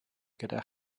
gyda